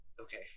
Okay